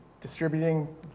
distributing